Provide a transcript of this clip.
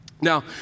Now